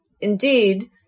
Indeed